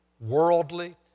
worldly